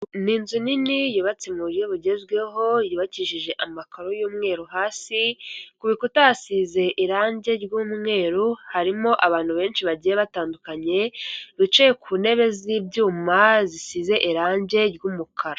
Ni inzu nini yubatse mu buryo bugezweho, yubakishije amakaro y'umweru hasi, ku bikuta hasize irange ry'umweru, harimo abantu benshi bagiye batandukanye bicaye ku ntebe z'ibyuma zisize irange ry'umukara.